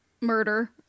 Murder